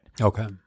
okay